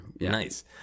Nice